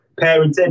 parenting